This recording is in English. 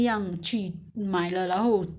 then it woul~ it would work